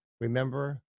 Remember